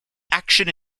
action